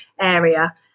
area